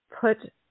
put